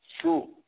true